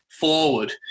forward